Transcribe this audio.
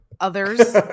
others